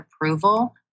approval